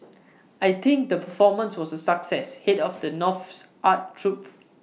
I think the performance was A success Head of the North's art troupe